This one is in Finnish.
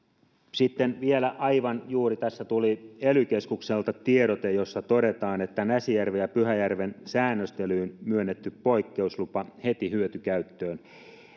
sitten vielä aivan juuri tässä tuli ely keskukselta tiedote jossa todetaan että näsijärven ja pyhäjärven säännöstelyyn myönnetty poikkeuslupa heti hyötykäyttöön